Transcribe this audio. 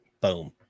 Boom